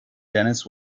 dennis